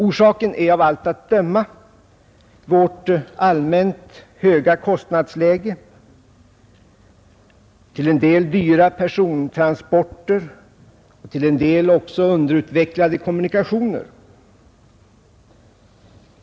Orsaken är av allt att döma vårt allmänt höga kostnadsläge men även dyra persontransporter och till en del också underutvecklade kommunikationer.